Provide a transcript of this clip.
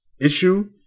issue